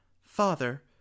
Father